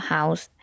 House